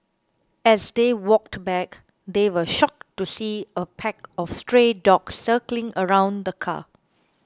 as they walked back they were shocked to see a pack of stray dogs circling around the car